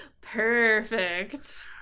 Perfect